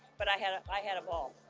but i had ah i had a ball.